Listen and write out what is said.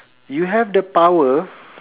you have the power